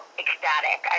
ecstatic